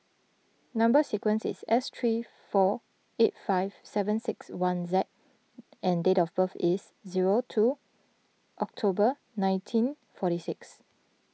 Number Sequence is S three four eight five seven six one Z and date of birth is zero two October nineteen forty six